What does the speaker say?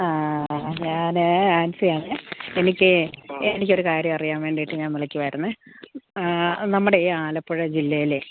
ആ ഞാൻ ആൻസി ആണേ എനിക്ക് എനിക്ക് ഒരു കാര്യം അറിയാൻ വേണ്ടിയിട്ട് ഞാൻ വിളിക്കുവായിരുന്നേ നമ്മുടെ ഈ ആലപ്പുഴ ജില്ലയിലേ